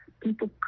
people